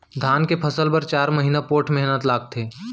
धान के फसल बर चार महिना पोट्ठ मेहनत लागथे